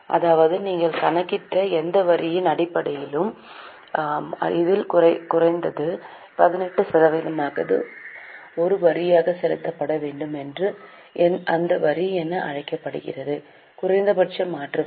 அதாவது நீங்கள் கணக்கிட்ட எந்த வரியின் அடிப்படையிலும் அதில் குறைந்தது 18 சதவிகிதமாவது ஒரு வரியாக செலுத்தப்பட வேண்டும் என்றும் அந்த வரி என அழைக்கப்படுகிறது குறைந்தபட்ச மாற்று வரி